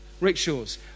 rickshaws